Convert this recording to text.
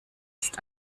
ist